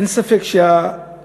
אין ספק שהגזענות,